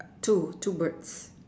two two birds